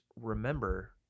remember